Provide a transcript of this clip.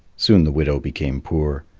soon the widow became poor.